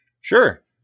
Sure